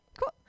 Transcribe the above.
Cool